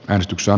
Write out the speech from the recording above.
äänestyksen